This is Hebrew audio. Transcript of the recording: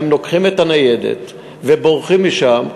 והם לוקחים את הרכב ובורחים משם,